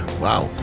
Wow